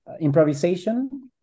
improvisation